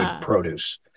produce